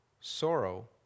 sorrow